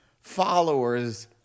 followers